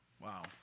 Wow